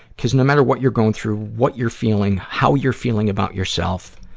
cuz no matter what you're going through, what you're feeling, how you're feeling about yourself,